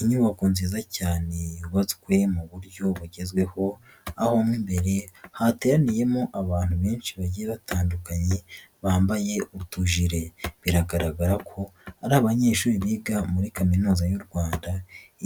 Inyubako nziza cyane yubatswe mu buryo bugezweho, aho mo imbere hateraniyemo abantu benshi bagiye batandukanye bambaye utujire. Biragaragara ko ari abanyeshuri biga muri kaminuza y'u Rwanda,